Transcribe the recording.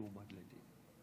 הוא יועמד לדין.